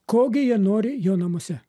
ko gi jie nori jo namuose